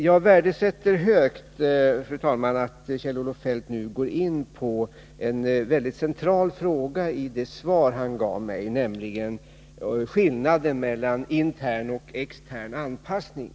Jag sätter, fru talman, stort värde på att Kjell-Olof Feldt gick in på en mycket central fråga i det svar som han gav mig, nämligen skillnaden mellan intern och extern anpassning.